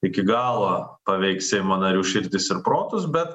iki galo paveiks seimo narių širdis ir protus bet